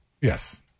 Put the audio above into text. Yes